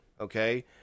okay